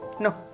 no